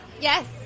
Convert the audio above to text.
Yes